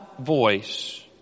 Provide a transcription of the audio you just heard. voice